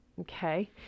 Okay